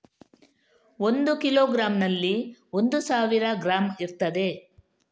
ಒಂದು ಕಿಲೋಗ್ರಾಂನಲ್ಲಿ ಒಂದು ಸಾವಿರ ಗ್ರಾಂ ಇರ್ತದೆ